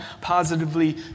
positively